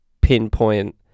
pinpoint